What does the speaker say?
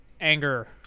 anger